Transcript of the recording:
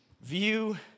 View